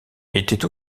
étaient